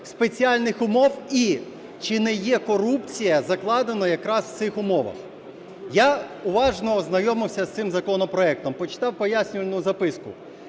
спеціальних умов, і чи не є корупція закладена якраз в цих умовах. Я уважно ознайомився з цим законопроектом, почитав пояснювальну записку.